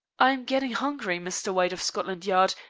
i'm getting hungry, mr. white of scotland yard,